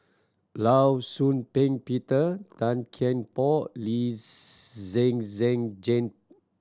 Law Shau Ping Peter Tan Kian Por Lee Zhen Zhen Jane